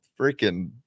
freaking